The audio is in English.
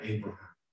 Abraham